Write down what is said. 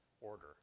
order